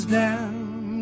down